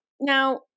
Now